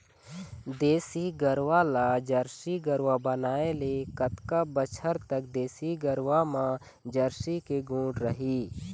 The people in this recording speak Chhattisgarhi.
देसी गरवा ला जरसी गरवा बनाए ले कतका बछर तक देसी गरवा मा जरसी के गुण रही?